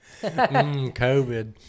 COVID